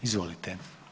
Izvolite.